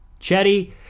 Chetty